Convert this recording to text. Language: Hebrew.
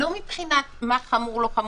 לא מבחינת מה חמור ומה לא חמור,